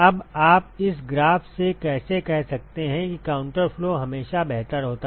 अब आप इस ग्राफ से कैसे कह सकते हैं कि काउंटर फ्लो हमेशा बेहतर होता है